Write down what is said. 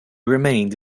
remained